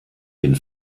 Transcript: den